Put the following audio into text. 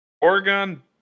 Oregon